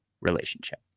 relationship